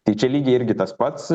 tai čia lygiai irgi tas pats